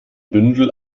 bündel